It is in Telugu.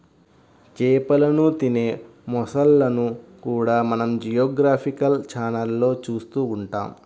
చేపలను తినే మొసళ్ళను కూడా మనం జియోగ్రాఫికల్ ఛానళ్లలో చూస్తూ ఉంటాం